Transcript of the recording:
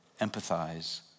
empathize